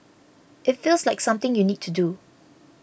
it feels like something you need to do